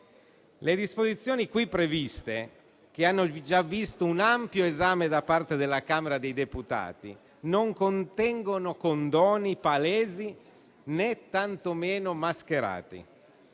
Le disposizioni qui previste, che hanno già visto un ampio esame da parte della Camera dei deputati, non contengono condoni palesi, né tantomeno mascherati.